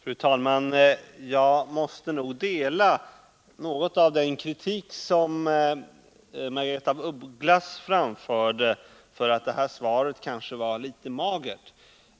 Fru talman! Jag måste i viss mån instämma i kritiken från Margaretha af Ugglas, som menade att svaret var litet magert.